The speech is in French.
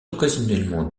occasionnellement